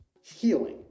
healing